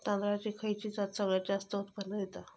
तांदळाची खयची जात सगळयात जास्त उत्पन्न दिता?